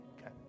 Okay